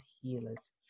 healers